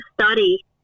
study